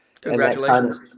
Congratulations